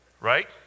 right